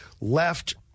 left